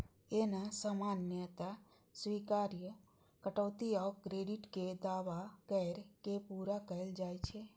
एना सामान्यतः स्वीकार्य कटौती आ क्रेडिटक दावा कैर के पूरा कैल जाइ छै